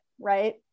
right